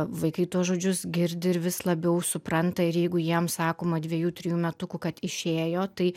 vaikai tuos žodžius girdi ir vis labiau supranta ir jeigu jiem sakoma dviejų trijų metukų kad išėjo tai